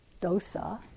dosa